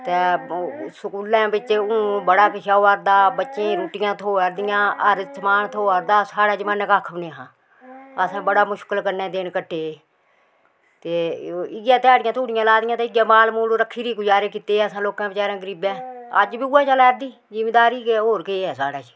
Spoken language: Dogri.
ते स्कूलें बिच्च हून बड़ा किश अवा दा बच्चें ई रुट्टियां थ्होआ दियां हर समान थ्होआ दा साढ़े जमानै कक्ख बी निहा असें बड़े मुश्कल कन्नै दिन कट्टे ते इयै ध्याड़ियां धुड़ियां लई दियां ते इयै माल मूल रक्खी री गजारे कीते असें लोकें बेचारे गरीबें अज्ज बी उयै चला दी जिमींदारी गै होर केह् ऐ साढ़ै कश